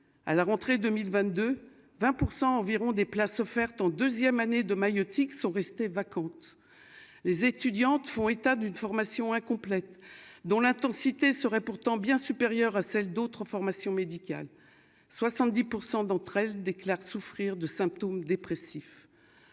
à la rentrée 2022 20 % environ des places offertes en deuxième année de maïeutique sont restées vacantes les étudiantes font état d'une formation incomplète dont l'intensité seraient pourtant bien supérieure à celle d'autres formations médicales 70 % dans 13 déclarent souffrir de symptômes dépressifs,